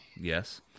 yes